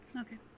Okay